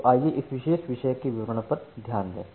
तो आइए इस विशेष विषय के विवरण पर ध्यान दें